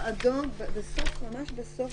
באדום, ממש בסוף.